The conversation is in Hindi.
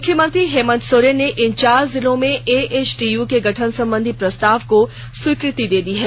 मुख्यमंत्री हेमन्त सोरेन ने इन चार जिलों में एएचटीयू के गठन संबंधी प्रस्ताव को स्वीकृति दे दी है